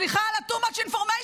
סליחה על ה-too much information.